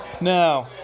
now